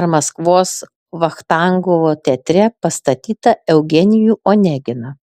ar maskvos vachtangovo teatre pastatytą eugenijų oneginą